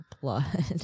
blood